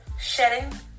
shedding